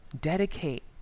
dedicate